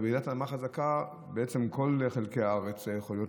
ברעידת אדמה חזקה כל חלקי הארץ יכולים להיות